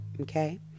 okay